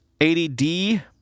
80D